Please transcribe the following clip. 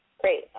Great